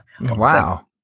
wow